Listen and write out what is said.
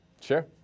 Sure